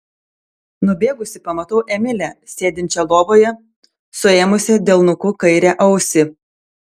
nubėgusi pamatau emilę sėdinčią lovoje suėmusią delnuku kairę ausį